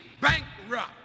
bankrupt